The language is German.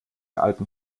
alten